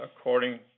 according